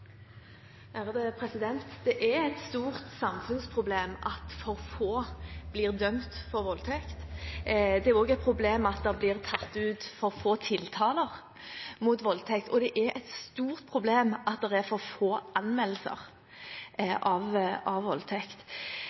Det er et stort samfunnsproblem at for få blir dømt for voldtekt. Det er også et problem at det blir tatt ut for få tiltaler mot voldtekt, og det er et stort problem at det er for få anmeldelser av voldtekt.